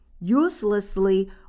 uselessly